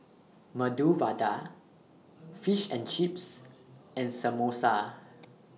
Medu Vada Fish and Chips and Samosa